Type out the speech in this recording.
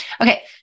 Okay